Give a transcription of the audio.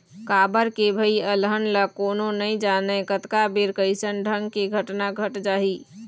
काबर के भई अलहन ल कोनो नइ जानय कतका बेर कइसन ढंग के घटना घट जाही